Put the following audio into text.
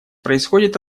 происходит